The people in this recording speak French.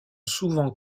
souvent